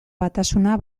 batasuna